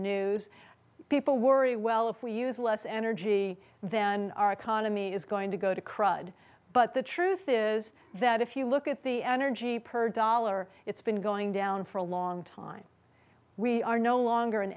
news people worry well if we use less energy then our economy is going to go to crud but the truth is that if you look at the energy per dollar it's been going down for a long time we are no longer an